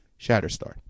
Shatterstar